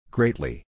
Greatly